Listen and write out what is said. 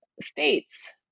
states